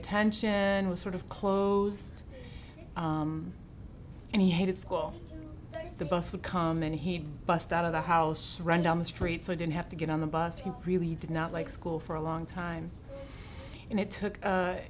attention and was sort of closed and he hated school the bus would come and he'd bust out of the house run down the street so i didn't have to get on the bus he really did not like school for a long time and it took